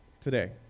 today